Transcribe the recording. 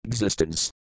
Existence